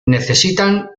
necesitan